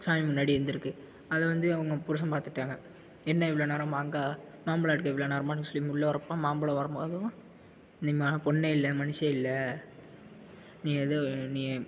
சாமி முன்னாடி இருந்திருக்கு அதை வந்து அவங்க புருஷன் பார்த்துட்டாங்க என்ன இவ்வளோ நேரம் மாங்காய் மாம்பழம் எடுக்க இவ்வளோ நேரமானு சொல்லி உள்ளே வரப்ப மாம்பழம் வரும்போதும் நீ பொண்ணே இல்லை மனுஷியே இல்லை நீ ஏதோ நீ